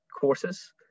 courses